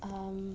um